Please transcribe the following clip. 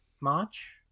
March